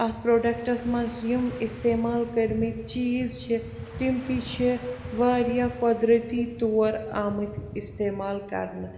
اَتھ پرٛوڈکٹس منٛز یِم استعمال کٔرۍمٕتۍ چیٖز چھِ تِم تہِ چھِ وارِیاہ قۄدرٔتی طور آمٕتۍ استعمال کرنہٕ